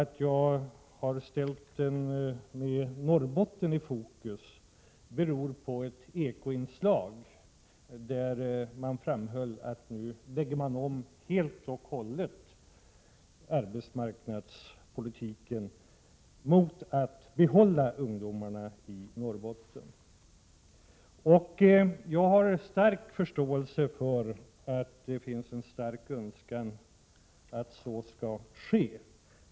Att jag har ställt Norrbotten i fokus beror på ett Eko-inslag, där det framhölls att man helt och hållet tänkte lägga om arbetsmarknadspolitiken för att få behålla ungdomarnai Norrbotten. Jag har stor förståelse för att det finns en stark önskan att så skall ske.